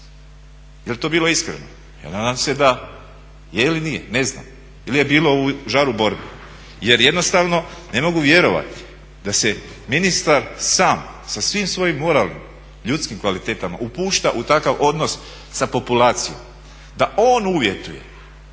Jel' to bilo iskreno? Ja nadam se da je ili nije, ne znam ili je bilo u žaru borbe. Jer jednostavno ne mogu vjerovati da se ministar sam sa svim svojim moralnim, ljudskim kvalitetama upušta u takav odnos sa populacijom, da on uvjetuje